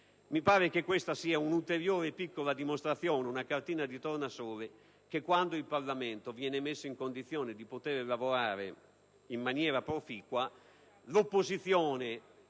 mi pare che questa sia un'ulteriore piccola dimostrazione, una sorta di cartina di tornasole, del fatto che quando il Parlamento viene messo in condizione di lavorare in maniera proficua l'opposizione